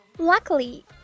Luckily